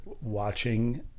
watching